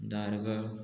Dhargal